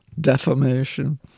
defamation